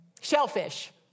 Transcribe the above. shellfish